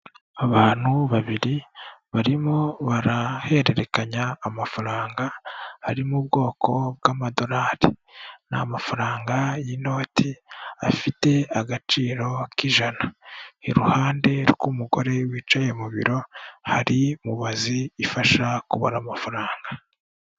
Abantu babiri barimo barahererekanya amafaranga ari mu bwoko bw'amadolari, n'amafaranga y'inoti afite agaciro k'ijana, iruhande rw'umugore wicaye mu biro hari mubazi ifasha kubona amafaranga.